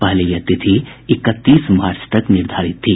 पहले यह तिथि इकतीस मार्च तक निर्धारित थी